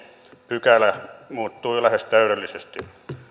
pykälä muuttui lähes täydellisesti